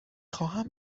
خواهم